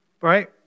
Right